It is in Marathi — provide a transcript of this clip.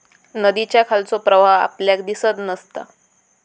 नदीच्या खालचो प्रवाह आपल्याक दिसत नसता